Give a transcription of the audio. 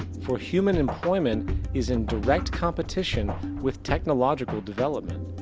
for human employment is in direct competition with technological developement.